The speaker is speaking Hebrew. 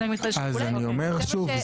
אז אני אומר שוב,